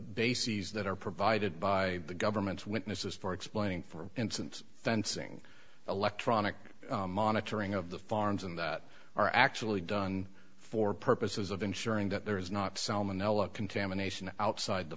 bases that are provided by the government witnesses for explaining for instance fencing electronic monitoring of the farms and that are actually done for purposes of ensuring that there is not salmonella contamination outside the